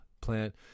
plant